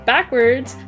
Backwards